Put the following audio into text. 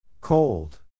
Cold